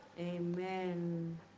Amen